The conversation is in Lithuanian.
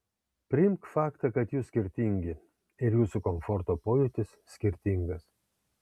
priimk faktą kad jūs skirtingi ir jūsų komforto pojūtis skirtingas